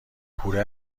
کوره